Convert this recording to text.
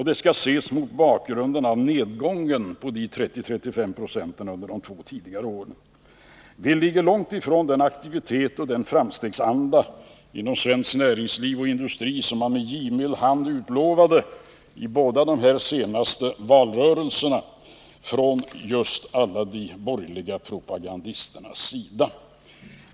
Det skall ses mot bakgrund av nedgången med 35 96 under de tidigare åren. Investeringstakten ligger långt ifrån den aktivitet och framstegsanda inom svenskt näringsliv och industri som man med givmild hand utlovade i de båda senaste valrörelserna från alla de borgerliga propagandisternas sida.